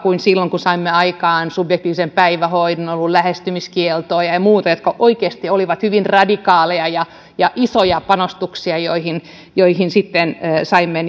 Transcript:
silloin saimme aikaan subjektiivisen päivähoidon oli lähestymiskieltoa ja ja muuta jotka oikeasti olivat hyvin radikaaleja ja ja isoja panostuksia joihin joihin sitten saimme